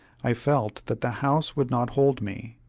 i felt that the house would not hold me.